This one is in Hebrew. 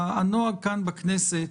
הנוהג בכנסת